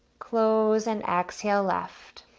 close and exhale left.